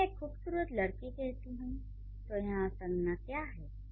जब मैं 'एक खूबसूरत लड़की' कहती हूँ तो यहां संज्ञा क्या है